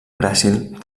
gràcil